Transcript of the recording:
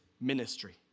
ministry